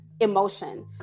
emotion